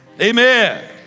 Amen